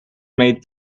made